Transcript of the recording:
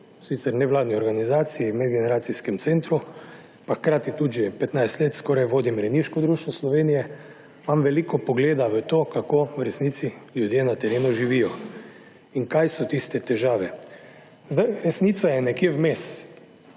sicer v nevladni organizaciji, medgeneracijskem centru, pa hkrati tudi že 15 let skoraj vodim rejniško društvo Slovenije, imam veliko pogleda v to, kako v resnici ljudje na terenu živijo in kaj so tiste težave. Zdaj, resnica je nekje vmes.